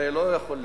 הרי לא יכול להיות,